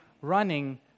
running